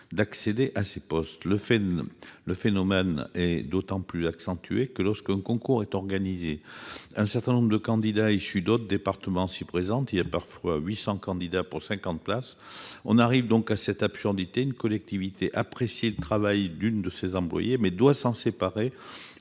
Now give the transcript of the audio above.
d'accéder à ces postes. Le phénomène est d'autant plus accentué que, lorsqu'un concours est organisé, un certain nombre de candidats issus d'autres départements s'y présentent- il y a ainsi parfois 800 candidats pour 50 places. On en arrive donc à cette absurdité : une collectivité apprécie le travail d'une de ses employées, mais elle doit s'en séparer